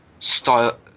style